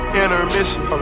intermission